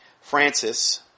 Francis